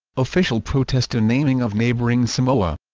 official protest to naming of neighboring samoa